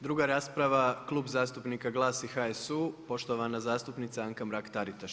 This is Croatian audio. Druga rasprava Klub zastupnika GLAS i HSU, poštovana zastupnica Anka Mrak-Taritaš.